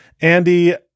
Andy